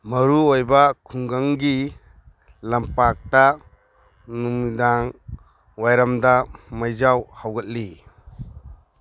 ꯃꯔꯨꯑꯣꯏꯕ ꯈꯨꯡꯒꯪꯒꯤ ꯂꯝꯄꯥꯛꯇ ꯅꯨꯃꯤꯗꯥꯡꯋꯥꯏꯔꯝꯗ ꯃꯩꯖꯥꯎ ꯍꯧꯒꯠꯂꯤ